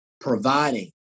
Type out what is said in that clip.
providing